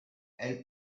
elle